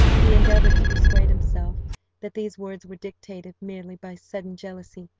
he endeavoured to persuade himself that these words were dictated merely by sudden jealousy,